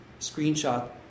screenshot